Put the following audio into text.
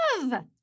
love